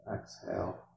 exhale